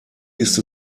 ist